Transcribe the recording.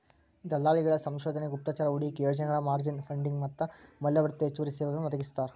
ದಲ್ಲಾಳಿಗಳ ಸಂಶೋಧನೆ ಗುಪ್ತಚರ ಹೂಡಿಕೆ ಯೋಜನೆಗಳ ಮಾರ್ಜಿನ್ ಫಂಡಿಂಗ್ ಮತ್ತ ಮೌಲ್ಯವರ್ಧಿತ ಹೆಚ್ಚುವರಿ ಸೇವೆಗಳನ್ನೂ ಒದಗಿಸ್ತಾರ